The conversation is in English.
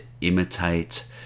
imitate